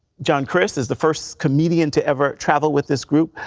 john crist is the first comedian to ever travel with this group.